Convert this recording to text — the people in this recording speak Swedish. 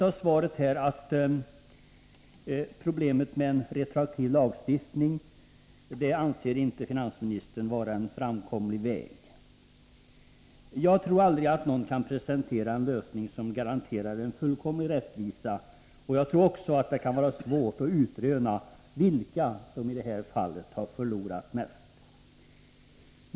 Av svaret framgår att finansministern inte anser retroaktiv lagstiftning vara en framkomlig väg. Jag tror inte att någon kan presentera en lösning som garanterar fullständig rättvisa. Jag tror också att det kan vara svårt att utröna vilka skogsägare som i detta fall har förlorat mest.